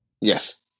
Yes